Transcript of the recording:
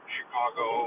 Chicago